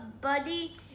buddy